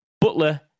Butler